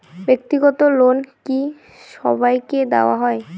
ব্যাক্তিগত লোন কি সবাইকে দেওয়া হয়?